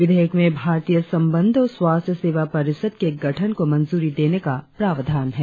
विधेयक में भारतीय संबंध और स्वास्थ्य सेवा परिषद के गठन को मंजूरी देने का प्रावधान है